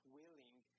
willing